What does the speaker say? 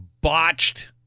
botched